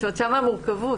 שם יש מורכבות.